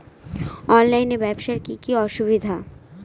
অনলাইনে ব্যবসার কি কি অসুবিধা?